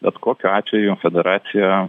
bet kokiu atveju federacija